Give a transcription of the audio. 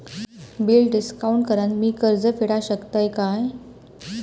Bill discount करान मी कर्ज फेडा शकताय काय?